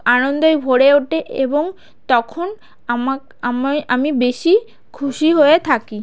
আনন্দে ভরে ওঠে এবং তখন আমা আমি আমি বেশি খুশি হয়ে থাকি